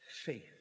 faith